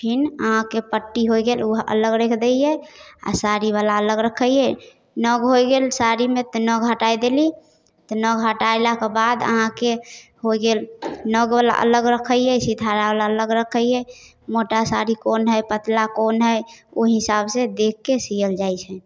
फेर अहाँके पट्टी हो गेल ओ अलग राखि दै छिए आओर साड़ीवला अलग राखै छिए नग हो गेल साड़ीमे तऽ नग हटा देलहुँ तऽ नग हटेलाके बाद अहाँके हो गेल नगवला अलग रखै छिए सितारावला अलग रखै छिए मोटा साड़ी कोन हइ पतला कोन हइ ओहि हिसाबसँ देखिकऽ सिअल जाइ छै